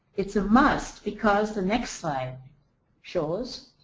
it's a must because the next slide shows.